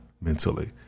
mentally